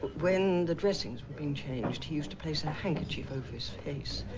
when the dressings were being changed he used to place a handkerchief over his face